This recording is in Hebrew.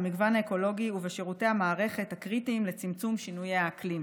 במגוון האקולוגי ובשירותי המערכת הקריטיים לצמצום שינויי האקלים.